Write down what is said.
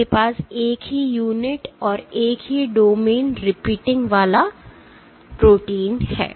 आपके पास एक ही यूनिट और एक ही डोमेन रिपीटिंग वाला प्रोटीन है